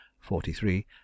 forty-three